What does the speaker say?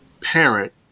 parent